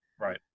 Right